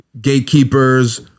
gatekeepers